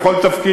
לכל תפקיד.